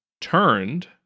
turned